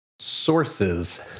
sources